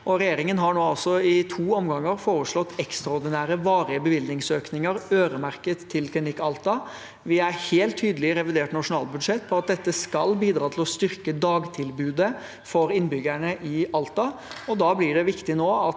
Regjeringen har nå altså i to omganger foreslått ekstraordinære, varige bevilgningsøkninger øremerket til Klinikk Alta. Vi er helt tydelige i revidert nasjonalbudsjett på at dette skal bidra til å styrke dagtilbudet for innbyggerne i Alta.